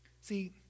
See